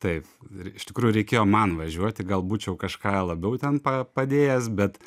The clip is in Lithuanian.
taip ir iš tikrųjų reikėjo man važiuoti gal būčiau kažką labiau ten pa padėjęs bet